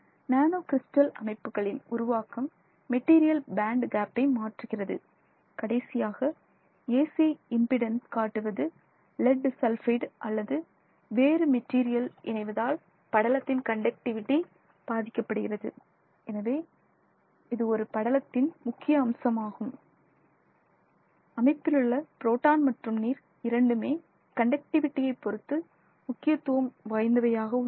நானோ crystal அமைப்புகளின் உருவாக்கம் material band கேப்பை மாற்றுகிறது கடைசியாக ஏசி இம்பிடன்ஸ் காட்டுவது லெட் சல்ஃபைடு அல்லது வேறு மெட்டீரியல் இணைவதால் படலத்தின் கண்டக்டிவிடி பாதிக்கப்படுகிறது எனவே இது படலத்தின் ஒரு முக்கிய அம்சமாகும் அமைப்பிலுள்ள ப்ரோட்டான் மற்றும் நீர் இரண்டுமே கண்டக்டிவிடி பொறுத்து முக்கியத்துவம் வாய்ந்தவையாக உள்ளன